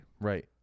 Right